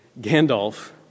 Gandalf